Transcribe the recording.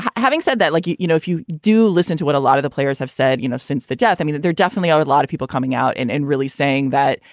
having said that, like, you you know, if you do listen to what a lot of the players have said, you know, since the death, i mean, there definitely are a lot of people coming out and and really saying that,